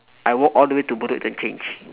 I walk all the way to bedok interchange